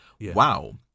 wow